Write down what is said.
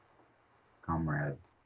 comrades?